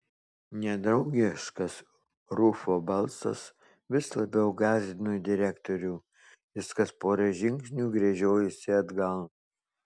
nedraugiškas rufo balsas vis labiau gąsdino direktorių jis kas pora žingsnių gręžiojosi atgal